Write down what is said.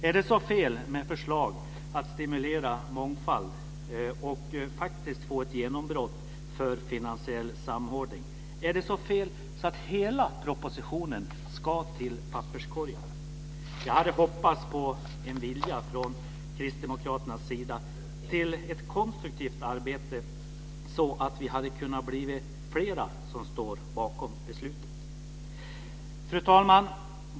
Är det så fel med förslag om att stimulera mångfald och faktiskt få ett genombrott för finansiell samordning? Är det verkligen så fel att hela propositionen ska till papperskorgen? Jag hade hoppats på en vilja till ett konstruktivt arbete från Kristdemokraternas sida så att vi hade kunnat bli flera som står bakom beslutet. Fru talman!